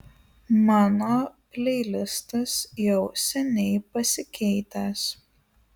mano pleilistas jau seniai pasikeitęs